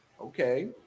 okay